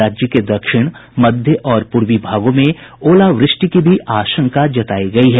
राज्य के दक्षिण मध्य और पूर्वी भागों में ओलावृष्टि की भी आशंका जतायी गयी है